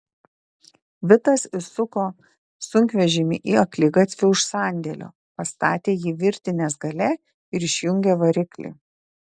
vitas įsuko sunkvežimį į akligatvį už sandėlio pastatė jį virtinės gale ir išjungė variklį